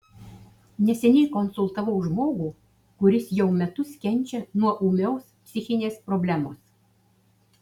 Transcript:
neseniai konsultavau žmogų kuris jau metus kenčia nuo ūmios psichinės problemos